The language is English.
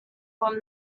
were